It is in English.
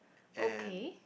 and